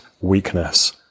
weakness